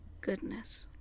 Goodness